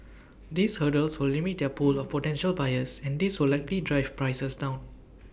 these hurdles will limit their pool of potential buyers and this will likely drive prices down